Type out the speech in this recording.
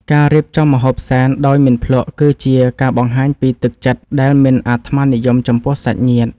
ការរៀបចំម្ហូបសែនដោយមិនភ្លក្ស គឺជាការបង្ហាញពីទឹកចិត្តដែលមិនអាត្មានិយមចំពោះសាច់ញាតិ។